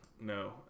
no